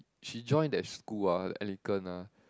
she join that school ah the Anglican ah